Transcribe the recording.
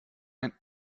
ein